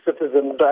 citizens